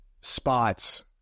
spots